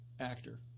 actor